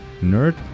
nerd